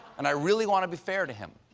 and i really want to be fair to him,